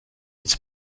its